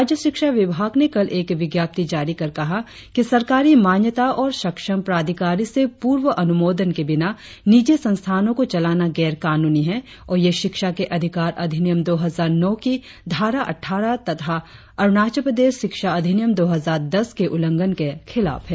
राज्य शिक्षा विभाग ने कल एक विज्ञप्ति जारी कर कहा कि सरकारी मान्यता और सक्षम प्राधिकारी से पूर्व अनुमोदन के बिना निजी संस्थानों को चलाना गैर कानूनी है और ये शिक्षा के अधिकार अधिनियम दो हजार नौ की धारा अट्ठारह तथा अरुणाचल प्रदेश शिक्षा अधिनियम दो हजार दस के उल्लंघन के खिलाफ है